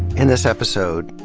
in this episode,